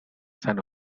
san